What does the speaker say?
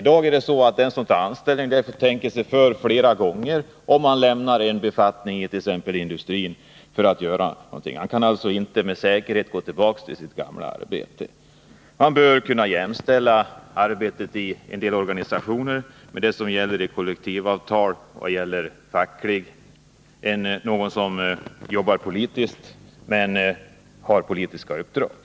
I dag är det så att den som tar anställning tänker sig för flera gånger innan han lämnar en befattning inom Nr 36 t.ex. industrin. Han kan alltså inte med säkerhet gå tillbaka till sitt gamla arbete. Man bör kunna jämställa reglerna för dem som arbetar i en del organisationer med reglerna i kollektivavtal på det fackliga området för dem som arbetar opolitiskt men har politiska uppdrag.